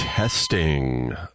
testing